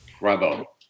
Bravo